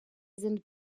sind